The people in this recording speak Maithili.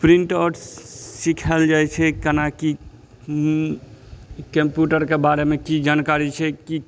प्रिन्ट आउट सिखाएल जाइ छै केनाकि ओ कम्प्यूटरके बारेमे की जानकारी छै की